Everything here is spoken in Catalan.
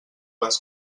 les